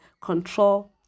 control